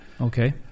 Okay